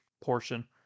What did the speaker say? portion